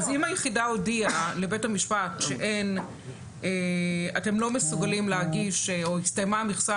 אם היחידה הודיעה לבית המשפט שאתם לא מסוגלים להגיש או הסתיימה המכסה,